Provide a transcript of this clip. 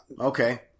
Okay